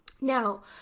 Now